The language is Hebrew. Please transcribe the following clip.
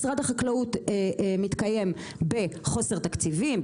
משרד החקלאות מתקיים בחוסר תקציבים,